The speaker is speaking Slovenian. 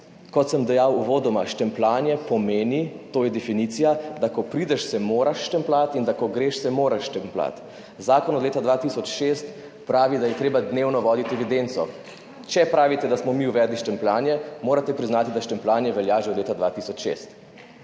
Kot sem uvodoma dejal, štempljanje pomeni, to je definicija, da ko prideš, se moraš štempljati, in ko greš, se moraš štempljati. Zakon od leta 2006 pravi, da je treba dnevno voditi evidenco. Če pravite, da smo mi uvedli štempljanje, morate priznati, da štempljanje velja že od leta 2006,